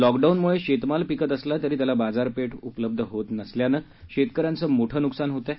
लॉकडाऊनमुळे शेतमाल पिकत असला तरी त्याला बाजारपेठ उपलब्ध होत नसल्यानं शेतकऱ्यांचं मोठं नुकसान होत आहे